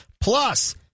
plus